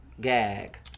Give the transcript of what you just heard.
Gag